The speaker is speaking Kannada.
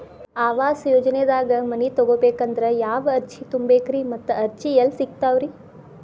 ಆವಾಸ ಯೋಜನೆದಾಗ ಮನಿ ತೊಗೋಬೇಕಂದ್ರ ಯಾವ ಅರ್ಜಿ ತುಂಬೇಕ್ರಿ ಮತ್ತ ಅರ್ಜಿ ಎಲ್ಲಿ ಸಿಗತಾವ್ರಿ?